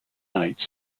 nights